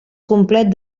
complet